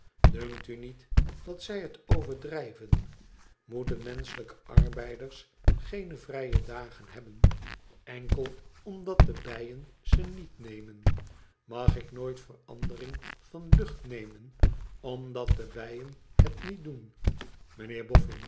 dunkt u niet dat zij het overdrijven moeten menschelijke arbeiders eene vrije dagen hebben enkel omdat de bijen ze niet nemen mag ik nooit verandering van lucht nemen omdat de bijen het niet doen